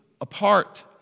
apart